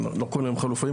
אני לא קורא להם חלופיים,